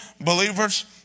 believers